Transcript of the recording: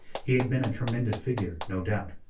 he had been a tremendous figure, no doubt.